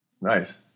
Nice